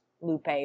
Lupe